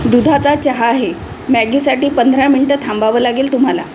दुधाचा चहा आहे मॅगीसाठी पंधरा मिनटं थांबावं लागेल तुम्हाला